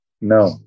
No